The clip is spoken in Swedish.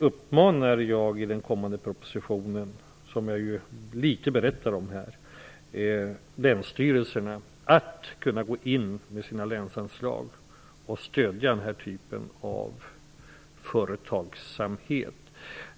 I den kommande propositionen, som jag berättar litet om här, uppmanar jag länsstyrelserna att gå in med sina länsanslag och stödja den här typen företagsamhet.